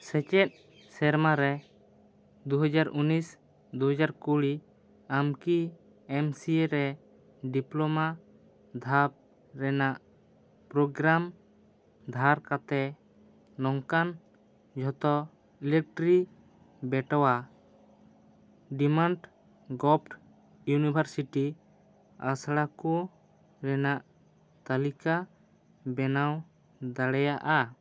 ᱥᱮᱪᱮᱫ ᱥᱮᱨᱢᱟᱨᱮ ᱫᱩᱦᱟᱡᱟᱨ ᱩᱱᱤᱥ ᱫᱩᱦᱟᱡᱟᱨ ᱠᱩᱲᱤ ᱟᱢᱠᱤ ᱮᱢ ᱥᱤ ᱮ ᱨᱮ ᱰᱤᱯᱞᱳᱢᱟ ᱫᱷᱟᱯ ᱨᱮᱱᱟᱜ ᱯᱨᱳᱜᱨᱟᱢ ᱫᱷᱟᱨᱟ ᱠᱟᱛᱮ ᱱᱚᱝᱠᱟ ᱡᱷᱚᱛᱚ ᱤᱞᱮᱠᱴᱨᱤ ᱵᱮᱴᱣᱟ ᱰᱮᱢᱟᱱᱰ ᱜᱚᱵᱽᱴ ᱤᱭᱩᱱᱤᱵᱷᱟᱨᱥᱤᱴᱤ ᱟᱥᱲᱟ ᱠᱚ ᱨᱮᱱᱟᱜ ᱛᱟᱹᱞᱤᱠᱟ ᱵᱮᱱᱟᱣ ᱫᱟᱲᱮᱭᱟᱜᱼᱟ